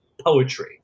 poetry